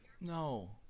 no